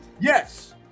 Yes